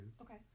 Okay